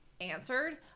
answered